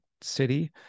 city